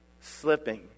slipping